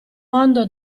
mondo